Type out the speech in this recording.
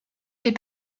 fait